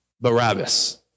Barabbas